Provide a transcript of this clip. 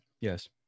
Yes